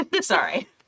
Sorry